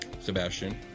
Sebastian